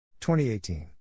2018